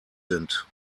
sind